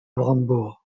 brandebourg